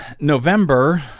November